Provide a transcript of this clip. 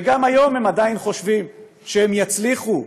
וגם היום הם עדיין חושבים שהם יצליחו,